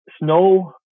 snow